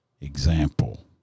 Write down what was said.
example